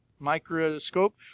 microscope